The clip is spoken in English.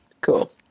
cool